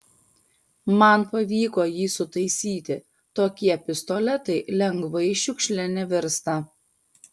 man pavyko jį sutaisyti tokie pistoletai lengvai šiukšle nevirsta